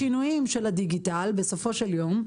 השינויים של הדיגיטל, בסופו של יום,